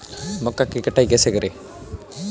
मक्का की कटाई कैसे करें?